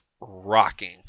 rocking